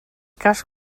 cas